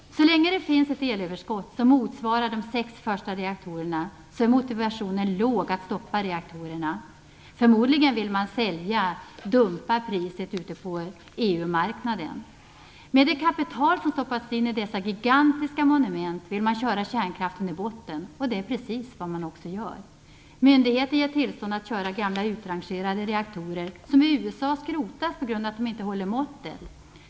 Så länge det finns ett elöverskott som motsvarar de sex första reaktorerna är motivationen låg att stoppa reaktorerna. Förmodligen vill man sälja och dumpa priset på EU-marknaden. Med det kapital som stoppats i dessa gigantiska monument vill man köra kärnkraften i botten, och det är precis vad man också gör. Myndigheter ger tillstånd att köra gamla utrangerade reaktorer som USA har skrotat på grund av att de inte håller måttet.